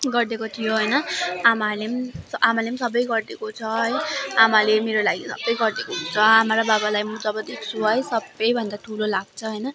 गरिदिएको थियो होइन आमाले पनि आमाले पनि सबै गरिदिएको छ है आमाले मेरो लागि सबै गरिदिएको हुन्छ आमा र बाबालाई म जब देख्छु है सबैभन्दा ठुलो लाग्छ होइन